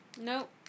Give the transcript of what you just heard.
Nope